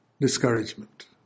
discouragement